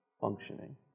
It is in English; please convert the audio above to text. functioning